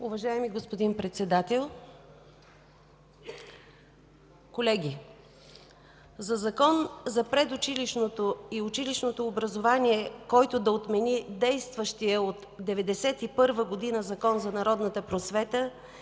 Уважаеми господин Председател, колеги! За Закон за предучилищното и училищното образование, който да отмени действащият от 1991 г. Закон за народната просвета